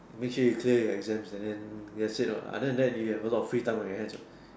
make sure you clear your exams and then that's it lor other than that you have a lot of free time on your hands lah